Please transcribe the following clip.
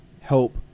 help